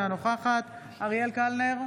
אינה נוכחת אריאל קלנר,